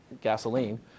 gasoline